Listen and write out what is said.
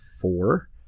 four